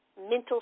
mental